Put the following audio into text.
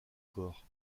corps